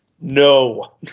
No